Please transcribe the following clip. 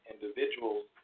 individuals